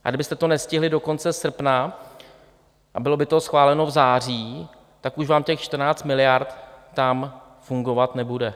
A kdybyste to nestihli do konce srpna a bylo by to schváleno v září, tak už vám těch 14 miliard tam fungovat nebude.